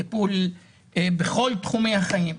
טיפול בכל תחומי החיים.